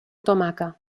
tomaca